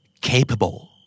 Capable